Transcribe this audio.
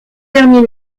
derniers